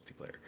multiplayer